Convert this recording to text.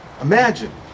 Imagine